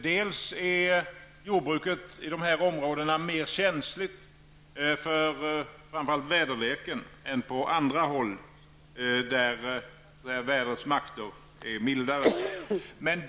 Dels är jordbruket i de här områdena mer känsligt, framför allt för väderleken, än på andra håll där vädrets makter är mildare.